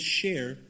share